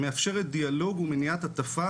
מאפשרת דיאלוג ומניעת הטפה,